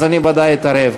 אז אני ודאי אתערב.